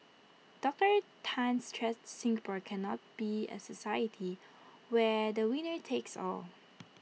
Doctor Tan stressed Singapore cannot be A society where the winner takes all